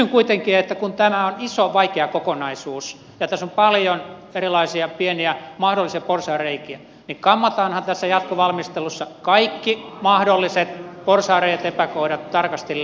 kysyn kuitenkin että kun tämä on iso vaikea kokonaisuus ja tässä on paljon erilaisia pieniä mahdollisia porsaanreikiä niin kammataanhan tässä jatkovalmistelussa kaikki mahdolliset porsaanreiät epäkohdat tarkasti läpi